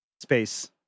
space